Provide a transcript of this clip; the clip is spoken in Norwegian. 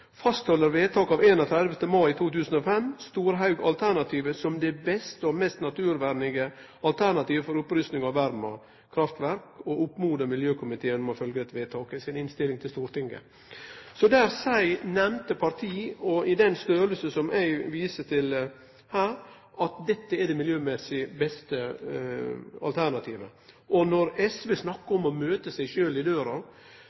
fastholder vedtak av 31. mai 2005, «Storhaugalternativet» som det beste og mest naturvennlige alternativ for opprusting av Verma kraftverk.» Så oppmodar dei miljøkomiteen om å følgje dette vedtaket i si innstilling til Stortinget. Dei nemnde partia, i den storleiken som eg viser til her, seier at dette er det miljømessig beste alternativet. Når SV